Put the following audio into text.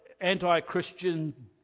anti-Christian